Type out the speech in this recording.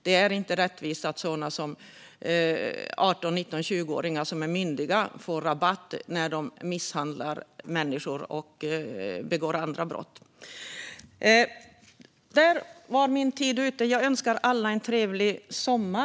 Det är inte rättvist att 18, 19 och 20-åringar som är myndiga får rabatt när de misshandlar människor och begår andra brott. Nu är min talartid slut. Jag önskar alla en trevlig sommar!